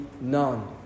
none